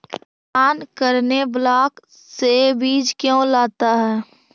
किसान करने ब्लाक से बीज क्यों लाता है?